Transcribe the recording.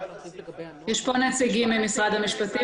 יש נציגים של משרד המשפטים,